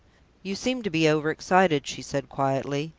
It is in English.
you seem to be overexcited, she said quietly.